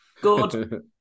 good